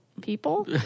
people